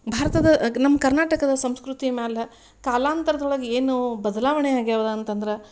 ಭಾರತದ ನಮ್ಮ ಕರ್ನಾಟಕದ ಸಂಸ್ಕೃತಿ ಮೇಲೆ ಕಾಲಾಂತರದೊಳಗ ಏನು ಬದಲಾವಣೆ ಆಗ್ಯವ ಅಂತಂದ್ರೆ